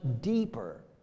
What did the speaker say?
deeper